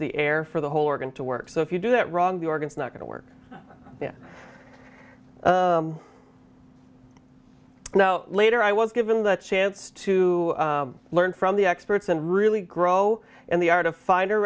the air for the whole organ to work so if you do that wrong the organ is not going to work then now later i was given the chance to learn from the experts and really grow in the art of fighter